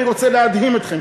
אני רוצה להדהים אתכם,